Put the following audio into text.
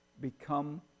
become